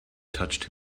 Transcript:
touched